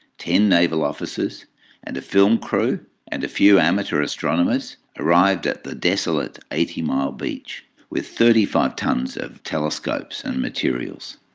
ten naval officers and a film crew and a few amateur astronomers arrived at the desolate eighty mile beach with thirty five tons of telescopes and materials.